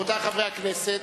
רבותי חברי הכנסת,